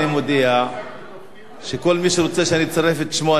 אני מודיע שכל מי שרוצה שאני אצרף את שמו,